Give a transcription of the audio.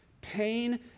pain